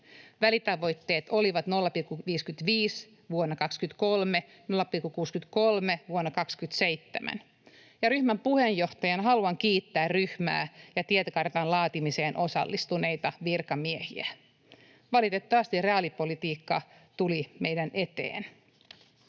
Välitavoitteet olivat 0,55 vuonna 2023 ja 0,63 vuonna 2027. Ryhmän puheenjohtajana haluan kiittää ryhmää ja tiekartan laatimiseen osallistuneita virkamiehiä. Valitettavasti reaalipolitiikka tuli meidän eteemme.